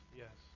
yes